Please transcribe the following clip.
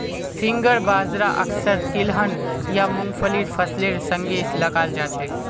finger बाजरा अक्सर तिलहन या मुंगफलीर फसलेर संगे लगाल जाछेक